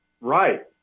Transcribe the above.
Right